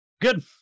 Good